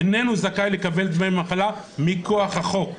איננו זכאי לקבל דמי מחלה מכוח החוק.